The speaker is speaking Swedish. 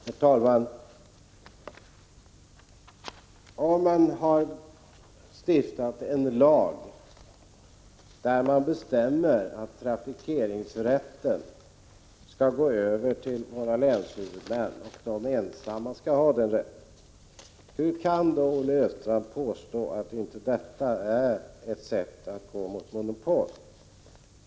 Herr talman! Om det har stiftats en lag, enligt vilken trafikeringsrätten helt övergår till länshuvudmännen, hur kan då Olle Östrand påstå att det inte är ett sätt att införa monopol?